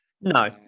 no